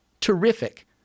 terrific